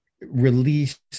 release